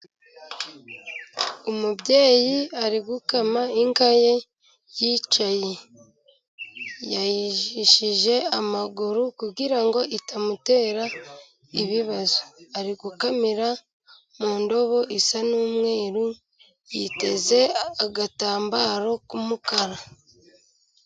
umubyeyi ari gukama inka ye yicaye, yayishije amaguru kugirango itamutera ibibazo. Ari gukamira mu ndobo isa n'umweru yiteze agatambaro k'umukara.